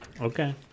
Okay